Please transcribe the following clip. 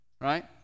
right